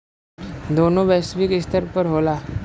दोनों वैश्विक स्तर पर होला